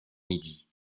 midi